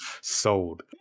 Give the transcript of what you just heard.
sold